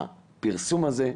הפרסום הזה,